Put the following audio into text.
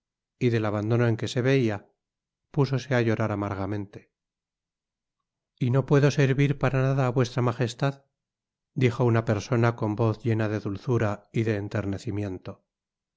y del abandono en que se veia púsose á llorar amargamente y no puedo servir para nada á vuestra magestad dijo una persona con voz llena de dulzura y de